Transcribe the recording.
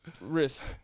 Wrist